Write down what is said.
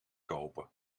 kopen